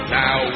now